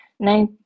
nine